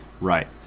right